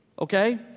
Okay